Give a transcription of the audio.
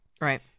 Right